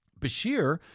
Bashir